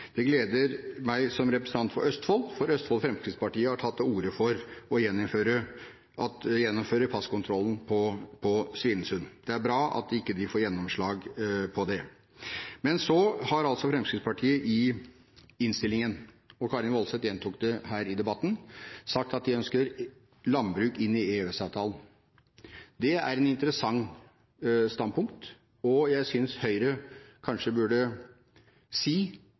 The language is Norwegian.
Det gleder meg som representant for Østfold, for Østfold Fremskrittsparti har tatt til orde for å gjeninnføre passkontrollen på Svinesund. Det er bra at de ikke får gjennomslag for det. Men så har altså Fremskrittspartiet i innstillingen, og Karin S. Woldseth gjentok det her i debatten, sagt at de ønsker landbruk inn i EØS-avtalen. Det er et interessant standpunkt, og jeg synes Høyre kanskje burde si